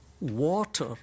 water